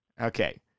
Okay